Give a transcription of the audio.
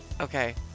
Okay